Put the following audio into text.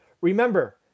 remember